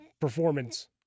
performance